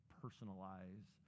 personalize